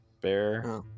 bear